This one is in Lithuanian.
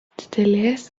didelės